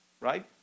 Right